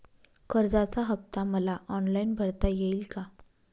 कर्जाचा हफ्ता मला ऑनलाईन भरता येईल का?